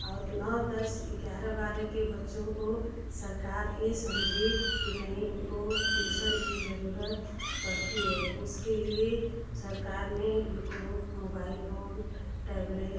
और नौ दस ग्यारह बारह के बच्चों को सरकार ये समझी कि नहीं इनको ट्यूसन की जरूरत पड़ती है उसके लिए सरकार ने इनको मोबाइल फोन टैबलेट